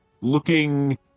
looking